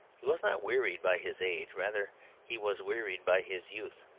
he was not wearied by his age rather he was wearied by his youth.